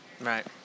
Right